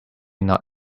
not